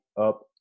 up